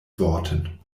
worten